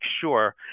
sure